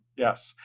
yes,